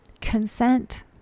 consent